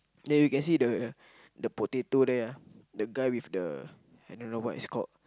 then we can see the the potato there ah the guy with the I don't know what it's called